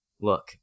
look